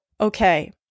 okay